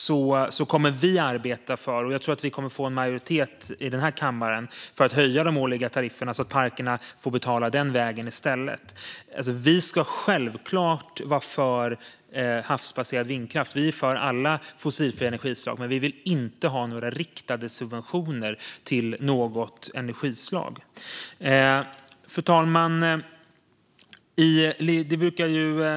Vi kommer att arbeta för att höja de olika tarifferna så att parkerna får betala den vägen i stället. Jag tror att vi kommer att få en majoritet i denna kammare för det. Vi ska självfallet vara för havsbaserad vindkraft. Vi är för alla fossilfria energislag, men vi vill inte ha riktade subventioner till något energislag. Fru talman!